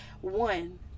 one